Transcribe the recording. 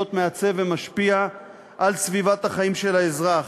מעצב ומשפיע על סביבת החיים של האזרח.